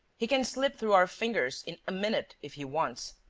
he can slip through our fingers in a minute, if he wants.